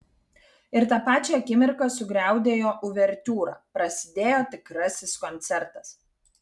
ir tą pačią akimirką sugriaudėjo uvertiūra prasidėjo tikrasis koncertas